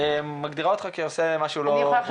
מגדירה אותך כעושה משהו לא חוקי.